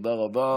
תודה רבה.